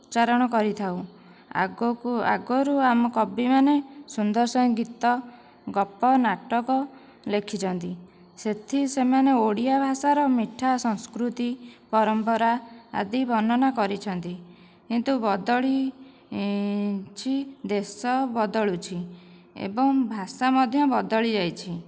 ଉଚ୍ଚାରଣ କରିଥାଉ ଆଗକୁ ଆଗରୁ ଆମ କବି ମାନେ ସୁନ୍ଦର ସୁନ୍ଦର ଗୀତ ଗପ ନାଟକ ଲେଖିଛନ୍ତି ସେଥି ସେମାନେ ଓଡ଼ିଆ ଭାଷାର ମିଠା ସଂସ୍କୃତି ପରମ୍ପରା ଆଦି ବର୍ଣ୍ଣନା କରିଛନ୍ତି କିନ୍ତୁ ବଦଳି ଦେଶ ବଦଳୁଛି ଏବଂ ଭାଷା ମଧ୍ୟ ବଦଳିଯାଇଛି